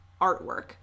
artwork